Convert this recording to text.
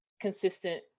consistent